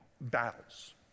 battles